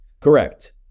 Correct